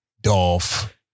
Dolph